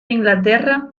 inglaterra